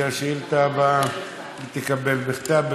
כי את השאילתה הבאה היא תקבל בכתב.